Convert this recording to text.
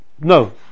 No